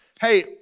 hey